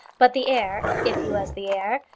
but the heir, if he was the heir,